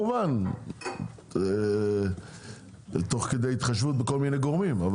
כמובן תוך כדי התחשבות בכל מיני גורמים,